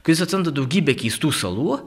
kur jis atsiranda daugybę keistų salų